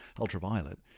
ultraviolet